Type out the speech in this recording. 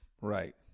right